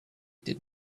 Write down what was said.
did